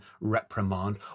reprimand